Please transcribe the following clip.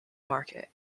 market